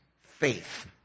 faith